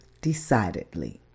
decidedly